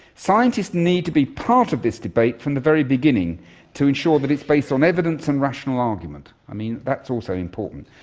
scientists need to be part of this debate from the very beginning to ensure that it's based on evidence and rational argument. that's also important.